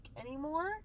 anymore